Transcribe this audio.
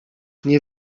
nie